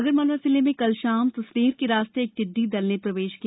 आगरमालवा जिले में कल शाम सुसनेर के रास्ते एक टिड्डी दल ने प्रवेश किया